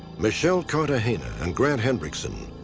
michelle cartagena and grant hendrickson,